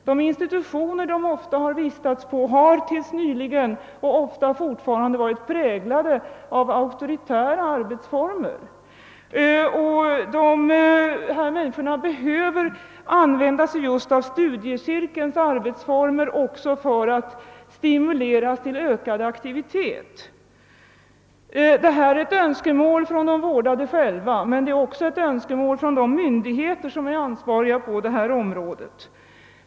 De institutioner de har vistats på har tills nyligen varit och är ofta fortfarande präglade av auktoritära arbetsformer och dessa människor behöver använda sig just av studiecirkelns arbetsformer också för att stimuleras till ökad aktivitet. Detta är önskemål som de vårdade själva framfört men som också framförts av de myndigheter som är ansvariga på detta område.